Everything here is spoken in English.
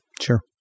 Sure